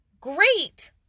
great